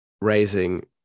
raising